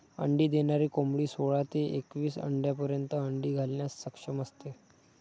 अंडी देणारी कोंबडी सोळा ते एकवीस आठवड्यांपर्यंत अंडी घालण्यास सक्षम असते